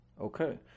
okay